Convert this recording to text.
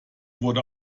wurde